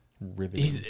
Riveting